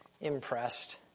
impressed